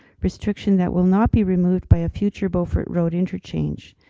restriction that will not be removed by a future beaufort road interchange.